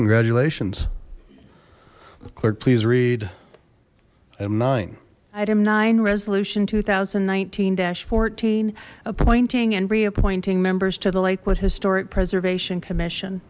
congratulations clerk please read em nine item nine resolution two thousand and nineteen fourteen appointing and reappointing members to the lakewood historic preservation commission